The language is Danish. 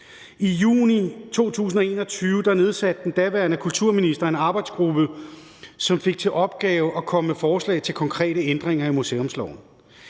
I juni 2021 nedsatte den daværende kulturminister en arbejdsgruppe, som fik til opgave at komme med forslag til konkrete ændringer af museumsloven.